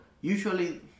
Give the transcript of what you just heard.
usually